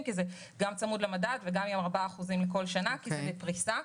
כי זה גם צמוד למדד וגם עם 4% לכל שנה כי זה בפריסה,